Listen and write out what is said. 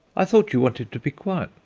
i thought you wanted to be quiet,